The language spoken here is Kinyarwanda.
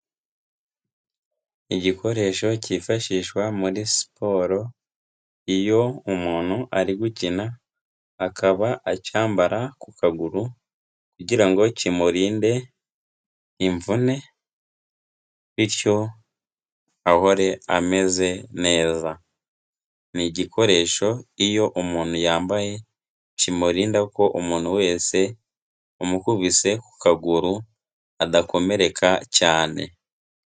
Igikoresho cyifashishwa muri siporo, iyo umuntu ari gukina, akaba acyambara ku kaguru kugira ngo kimurinde imvune, bityo ahore ameze neza, ni igikoresho iyo umuntu yambaye kimurinda ko umuntu wese umukubise ku kaguru adakomereka cyane.